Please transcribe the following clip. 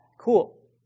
cool